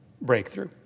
breakthrough